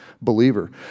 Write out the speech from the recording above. believer